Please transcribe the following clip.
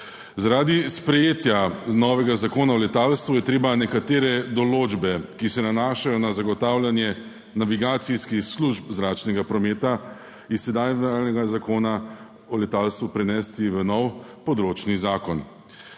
Zaradi sprejetja novega zakona o letalstvu je treba nekatere določbe, ki se nanašajo na zagotavljanje navigacijskih služb zračnega prometa, iz sedaj veljavnega Zakona o letalstvu prenesti v nov področni zakon.